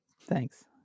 Thanks